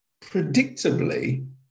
predictably